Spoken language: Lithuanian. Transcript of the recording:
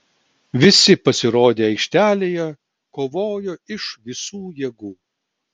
visi pasirodę aikštelėje kovojo iš visų jėgų